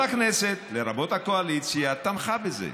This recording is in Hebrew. כל הכנסת, לרבות הקואליציה, תמכה בזה.